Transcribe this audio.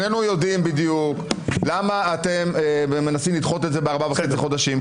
שנינו יודעים בדיוק למה אתם מנסים לדחות את זה בארבעה וחצי חודשים,